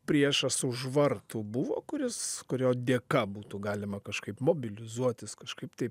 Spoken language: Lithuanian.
priešas už vartų buvo kuris kurio dėka būtų galima kažkaip mobilizuotis kažkaip tai